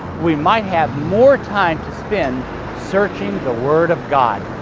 we might have more time to spend searching the word of god.